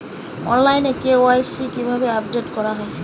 অনলাইনে কে.ওয়াই.সি কিভাবে আপডেট করা হয়?